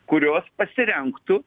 kurios pasirengtų